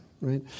right